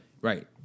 Right